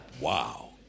Wow